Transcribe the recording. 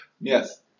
Yes